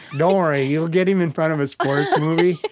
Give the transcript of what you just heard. don't worry, you will get him in front of a sports movie,